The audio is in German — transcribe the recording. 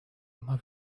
immer